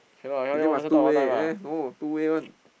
you say must two way eh no two way one